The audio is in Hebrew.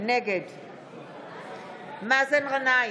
נגד מאזן גנאים,